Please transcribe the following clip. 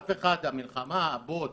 אף אחד, המלחמה, הבוץ,